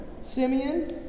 Simeon